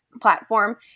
platform